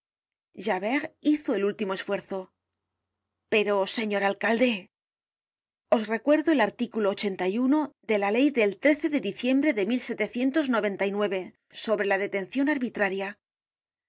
libertad javert hizo el último esfuerzo pero señor alcalde os recuerdo el artículo ochenta y uno de la ley de lo de diciembre de sobre la detencion arbitraria